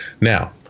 now